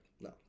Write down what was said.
no